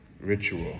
ritual